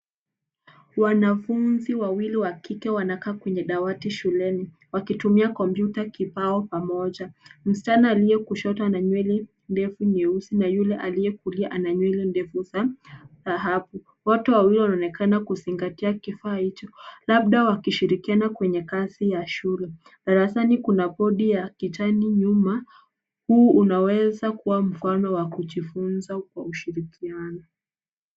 Wanafunzi wawili wakike wanakaa kwenye dawati shuleni, wakitumia kompyuta kibao pamoja. Msichana alie kushoto ana nywele ndefu nyeusi na yule alie kulia ana nywele ndefu za dhahabu. Watu wawili wanaonekana kuzingatia kifaa hicho labda wakishirikiana kwenye kazi ya shule. Darasani kuna bodi ya kitani nyuma, huu unaweza kuwa mfano wa kujifunza kwa ushirikiano.